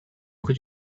could